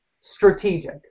strategic